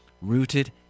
rooted